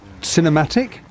cinematic